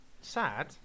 Sad